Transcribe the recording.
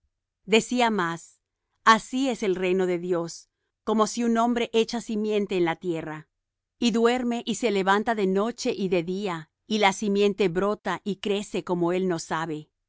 decía más así es el reino de dios como si un hombre echa simiente en la tierra y duerme y se levanta de noche y de día y la simiente brota y crece como él no sabe porque